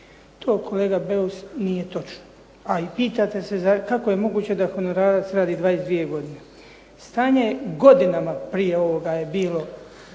To kolega Beus nije točno, a i pitate se kako je moguće da honorarac radi 22 godine? Stanje godinama prije ovoga je bilo